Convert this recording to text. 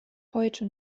heute